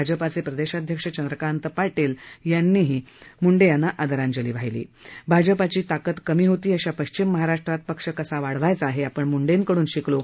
भाजपाचे प्रदेशाध्यक्ष चंद्रकांत पाटील मुंडे यांना आदरांजली वाहताना म्हणाले भाजपाची ताकद कमी होती अशा पश्चिम महाराष्ट्रात पक्ष कसा वाढवायचा हे आपण मूंडेकडून शिकलो